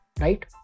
right